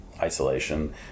isolation